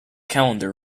calendar